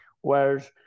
Whereas